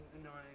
annoying